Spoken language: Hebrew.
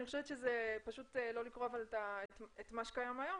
אבל זה לא להתכתב עם מה שקיים היום,